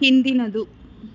ಹಿಂದಿನದು